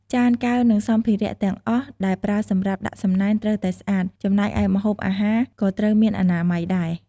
ចាន កែវ និង សម្ភារៈទាំងអស់ដែលប្រើសម្រាប់ដាក់សំណែនត្រូវតែស្អាត ចំណែកឯម្ហូបអាហារក៏ត្រូវមានអនាម័យដែរ។